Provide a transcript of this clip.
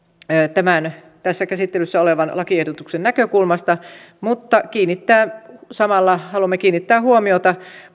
nyt käsittelyssä olevan lakiehdotuksen näkökulmasta mutta samalla haluamme kiinnittää huomiota